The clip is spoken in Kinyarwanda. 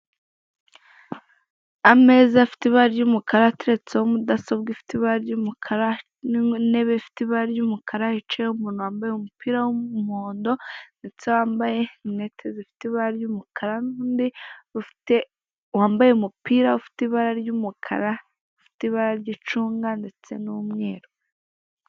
Ameza afite ibara ry'umukara, ateretseho mudasobwa ifite ibara ry'umukara n'intebe ifite ibara ry'umukara, hicayeho umuntu wambaye umupira w'umuhondo ndetse wambaye rineti zifite ibara ry'umukara, nundi ufite wambaye umupira ufite ibara ry'umukara, ufite ibara ry'icunga ndetse n'umweru.